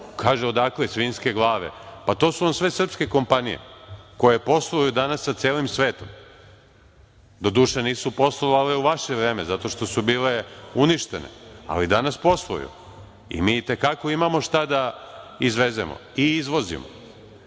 kažete, odakle svinjske glave? To su vam sve srpske kompanije koje posluju danas sa celim svetom, doduše nisu poslovale u vaše vreme jer su bile uništene, ali danas posluju i mi i te kako imamo šta da izvezemo i izvozimo. Dakle,